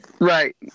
Right